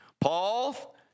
Paul